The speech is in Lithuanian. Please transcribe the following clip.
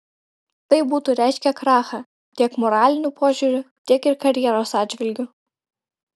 tai būtų reiškę krachą tiek moraliniu požiūriu tiek ir karjeros atžvilgiu